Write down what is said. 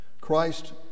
Christ